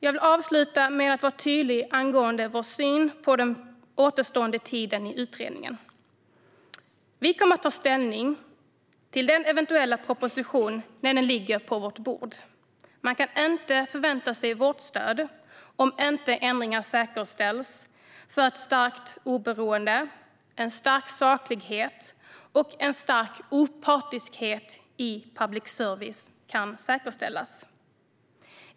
Jag vill avsluta med att vara tydlig angående vår syn på den återstående tiden i utredningen. Vi kommer att ta ställning till den eventuella propositionen när den ligger på vårt bord. Man kan inte förvänta sig vårt stöd om inte ändringar säkerställs för ett starkt oberoende, för en stark saklighet och för en stark opartiskhet i public service.